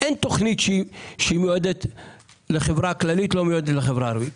אין תוכנית שמיועדת לחברה הכללית ולא מיועדת לחברה הערבית.